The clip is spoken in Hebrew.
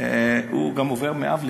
גם עובר מאב לבנו,